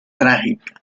trágica